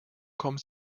kommen